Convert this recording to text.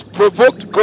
provoked